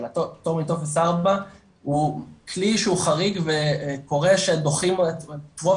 הפטור מטופס 4 הוא כלי שהוא חריג וקורה שדוחים את רוב